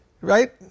Right